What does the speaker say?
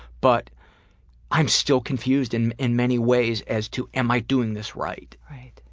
but i'm still confused in in many ways as to am i doing this right? right.